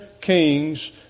kings